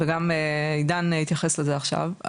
וגם עידן התייחס לזה עכשיו,